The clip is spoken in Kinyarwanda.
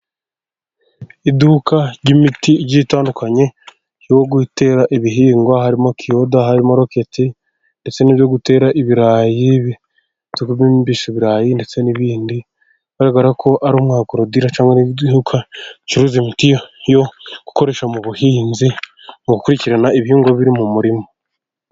Iduka ry'imiti igiye itandukanye ryo gutera ibihingwa, harimo kiyoda, harimo rokete, ndetse n'ibyo gutera ibirayi, ndetse n'ibindi, bigaragara ko ari umwagorodira, cyangwa ko acuruza imiti yo gukoresha mu buhinzi, mu gukurikirana ibihingwa biri mu murima.